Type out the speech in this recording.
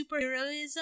superheroism